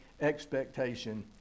expectation